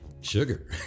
sugar